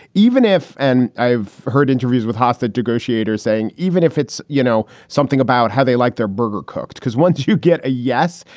even if and i've heard interviews with hostage negotiators saying even if it's, you know, something about how they like their burger cooked. because once you get a yes,